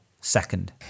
second